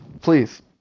please